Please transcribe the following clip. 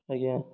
ଆଜ୍ଞା